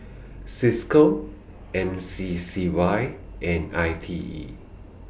CISCO M C C Y and I T E